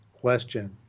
question